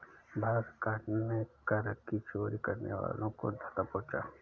भारत सरकार ने कर की चोरी करने वालों को धर दबोचा